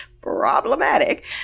problematic